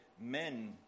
men